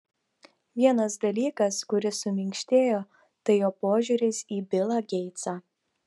vienas dalykas kuris suminkštėjo tai jo požiūris į bilą geitsą